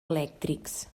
elèctrics